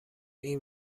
این